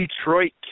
Detroit